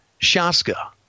Shaska